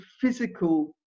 physical